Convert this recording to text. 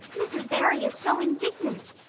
mrs. barry is so indignant.